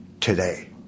today